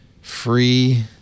free